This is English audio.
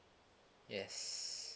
yes